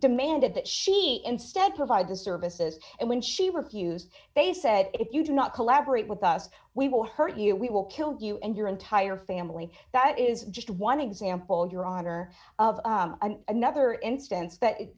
demanded that she instead provide the services and when she refused they said if you do not collaborate with us we will hurt you we will kill you and your entire family that is just one example your honor of another instance that